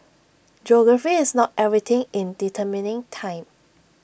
geography is not everything in determining time